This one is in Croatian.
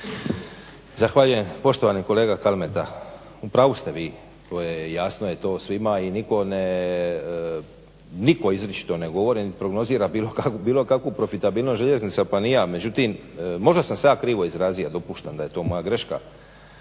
Zahvaljujem poštovani kolega Kalmeta. U pravu ste vi, jasno je to svima i nitko izričito ne govori niti prognozira bilo kakvu profitabilnost željeznica pa ni ja. Međutim, možda sam se ja krivo izrazija. Dopuštam da je to moja greška,